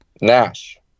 Nash